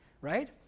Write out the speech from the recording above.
right